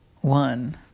one